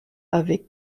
avec